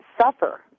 suffer